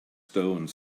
stone